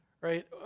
Right